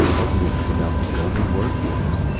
ugly is about the only word for it.